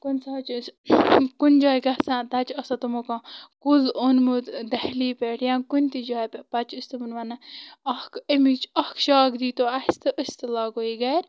کُنۍ ساتہٕ چھِ أسۍ کُنۍ جایہِ گژھان تَتہِ چھِ آسان تِمو کانٛہہ کُل اوٚنمُت دہلی پٮ۪ٹھ یا کُنۍ تہِ جایہِ پٮ۪ٹھ پَتہٕ چھِ أسۍ تِمَن وَنان اَکھ امِچ اَکھ شاخ دیٖتو اَسہِ تہٕ أسۍ تہٕ لاگو یہِ گَرِ